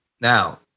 Now